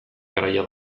garaia